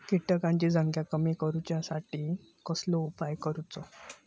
किटकांची संख्या कमी करुच्यासाठी कसलो उपाय करूचो?